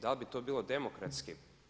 Da li bi to bilo demokratski?